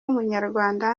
w’umunyarwanda